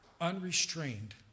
unrestrained